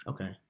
Okay